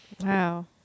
Wow